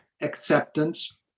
acceptance